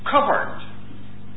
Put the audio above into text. covered